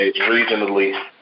regionally